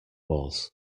was